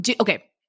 okay